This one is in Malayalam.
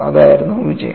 അതായിരുന്നു വിജയം